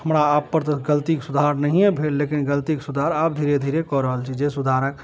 हमरा आप पर तऽ गलतीके सुधार नहिये भेल लेकिन गलतीके सुधार आब धीरे धीरे कऽ रहल छी जे सुधार